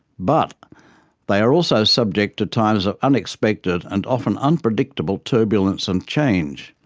but they are also subject to times of unexpected and often unpredictable turbulence and change,